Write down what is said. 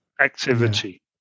activity